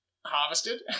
harvested